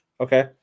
Okay